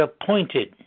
appointed